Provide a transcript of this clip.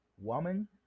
woman